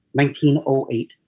1908